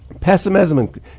Pessimism